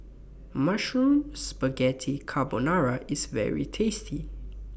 Mushroom Spaghetti Carbonara IS very tasty